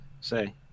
say